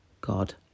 God